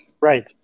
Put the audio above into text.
Right